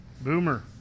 Boomer